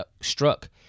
struck